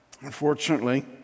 Unfortunately